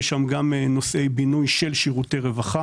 יש שם גם נושאי בינוי של שירותי רווחה.